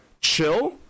chill